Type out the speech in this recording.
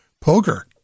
poker